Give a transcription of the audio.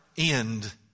end